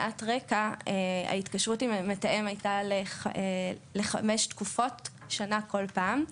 מעט רקע ההתקשרות עם המתאם הייתה לחמש תקופות של שנה כול פעם,